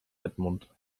edmund